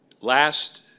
last